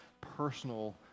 personal